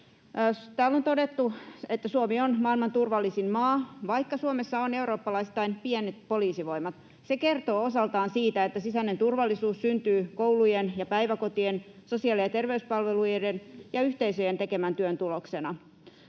Täällä on todettu, että Suomi on maailman turvallisin maa, vaikka Suomessa on eurooppalaisittain pienet poliisivoimat. Se kertoo osaltaan siitä, että sisäinen turvallisuus syntyy koulujen ja päiväkotien, sosiaali- ja terveyspalveluiden ja yhteisöjen tekemän työn tuloksena.